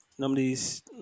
Nobody's